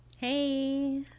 Hey